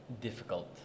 difficult